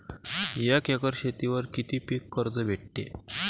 एक एकर शेतीवर किती पीक कर्ज भेटते?